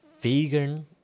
vegan